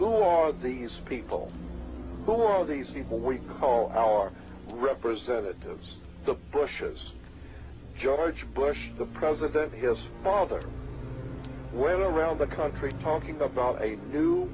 who are these people so all these people we call our representatives the bushes george bush the president his father went around the country talking about a new